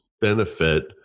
benefit